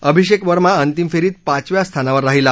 अभिषेक वर्मा अंतिम फेरीत पाचव्या स्थानावर राहिला